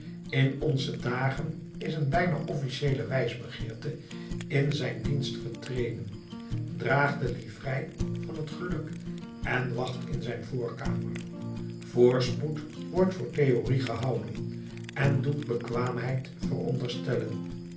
in onze dagen is een bijna officieele wijsbegeerte in zijn dienst getreden draagt de livrei van het geluk en wacht in zijn voorkamer voorspoed wordt voor theorie gehouden en doet bekwaamheid veronderstellen